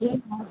जी हाँ